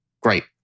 great